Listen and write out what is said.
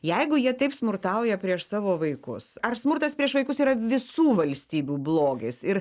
jeigu jie taip smurtauja prieš savo vaikus ar smurtas prieš vaikus yra visų valstybių blogis ir